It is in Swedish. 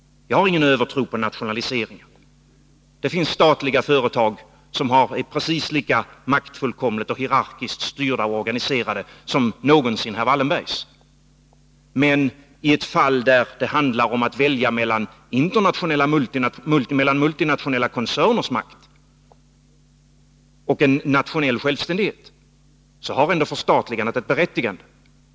Jag har ingen övertro på nationaliseringar. Det finns statliga företag som är precis lika maktfullkomligt och hierarkiskt styrda och organiserade som någonsin herr Wallenbergs. Men i ett fall där det handlar om att välja mellan multinationella koncerners makt och en nationell självständighet, så har förstatligandet ändå ett berättigande.